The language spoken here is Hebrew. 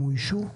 הם אוישו?